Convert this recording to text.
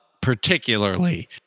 particularly